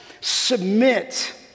submit